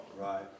Right